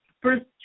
first